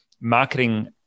marketing